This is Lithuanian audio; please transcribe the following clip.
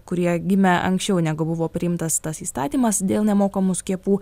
kurie gimę anksčiau negu buvo priimtas tas įstatymas dėl nemokamų skiepų